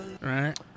Right